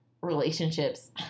relationships